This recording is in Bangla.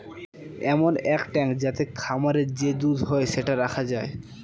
এমন এক ট্যাঙ্ক যাতে খামারে যে দুধ হয় সেটা রাখা যায়